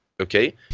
Okay